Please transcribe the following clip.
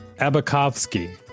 Abakovsky